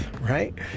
right